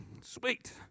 sweet